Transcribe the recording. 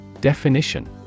Definition